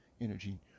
energy